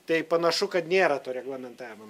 tai panašu kad nėra to reglamentavimo